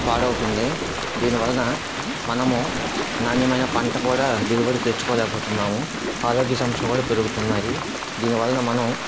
పాడు అవుతుంది దీని వలన మనము నాణ్యమైన పంట కూడా దిగుబడి తెచ్చుకోలేకపోతున్నాము ఆరోగ్య సమస్యలు కూడా పెరుగుతున్నాయి దీని వలన మనం